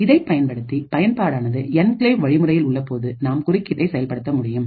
இதை பயன்படுத்தி பயன்பாடானது என்கிளேவ் வழிமுறையில் உள்ளபோது நாம் குறுக்கீட்டை செயல்படுத்த முடியும்